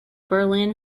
berlin